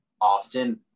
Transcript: often